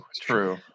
True